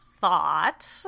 thought